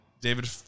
David